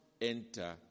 enter